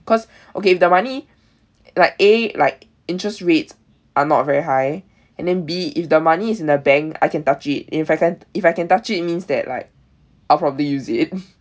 because okay if the money like A like interest rates are not very high and then B if the money is in the bank I can touch it if I can if I can touch it means that like I'll probably use it